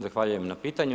Zahvaljujem na pitanju.